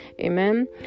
Amen